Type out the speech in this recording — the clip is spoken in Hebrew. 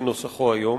כנוסחו היום.